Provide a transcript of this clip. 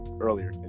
earlier